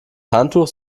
handtuch